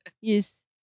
Yes